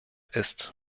ist